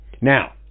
Now